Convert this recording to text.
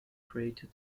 created